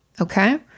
Okay